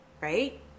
right